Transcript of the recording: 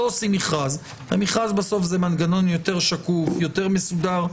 לא עושים מכרז והמכרז הוא מנגנון יותר שקוף ומסודר,